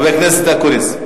חבר הכנסת אקוניס,